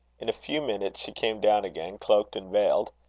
in a few minutes she came down again, cloaked and veiled.